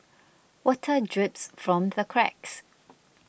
water drips from the cracks